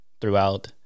throughout